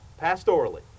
pastorally